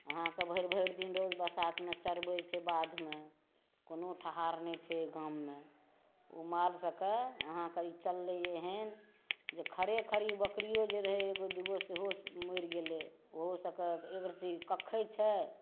अहाँकेँ भरि भरि दिन रौद बसातमे चरबै छै बाधमे कोनो ठहार नहि छै गाममे ओ माल सबकेँ अहाँके ई चललैया एहन जे खड़े खड़ी बकरियो जे रहै एगो दूगो सेहो मरि गेलै ओहो सब कऽ एकरत्ती कखै छै